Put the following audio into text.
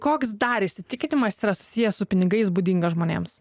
koks dar įsitikinimas yra susijęs su pinigais būdingas žmonėms